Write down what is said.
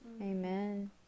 Amen